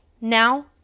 now